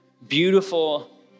beautiful